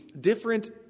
different